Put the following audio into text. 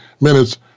minutes